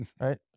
right